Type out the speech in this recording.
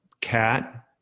cat